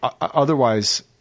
Otherwise